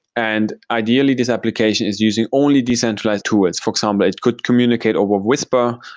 and ideally this application is using only decentralized tools. for example, it could communicate over whisper.